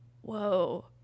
whoa